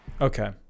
okay